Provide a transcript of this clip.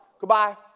Goodbye